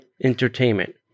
entertainment